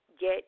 get